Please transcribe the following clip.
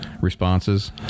responses